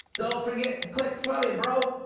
don't forget to click funny, bro!